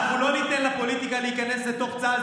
ואנחנו לא ניתן לפוליטיקה להיכנס לתוך צה"ל.